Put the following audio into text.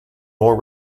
more